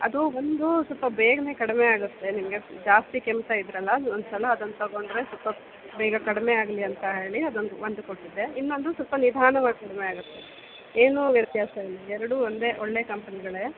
ಅದು ಒಂದು ಸ್ವಲ್ಪ ಬೇಗನೆ ಕಡಿಮೆ ಆಗುತ್ತೆ ನಿಮಗೆ ಜಾಸ್ತಿ ಕೆಮ್ತಾ ಇದ್ದಿರಲ್ಲ ಅದು ಒಂದು ಸಲ ಅದನ್ನು ತಗೊಂಡರೆ ಸ್ವಲ್ಪ ಬೇಗ ಕಡಿಮೆ ಆಗಲಿ ಅಂತ ಹೇಳಿ ಅದೊಂದು ಒಂದು ಕೊಟ್ಟಿದ್ದೆ ಇನ್ನೊಂದು ಸ್ವಲ್ಪ ನಿಧಾನವಾಗಿ ಕಡಿಮೆ ಆಗುತ್ತೆ ಏನೂ ವ್ಯತ್ಯಾಸ ಇಲ್ಲ ಎರಡೂ ಒಂದೇ ಒಳ್ಳೆಯ ಕಂಪ್ನಿಗಳೇ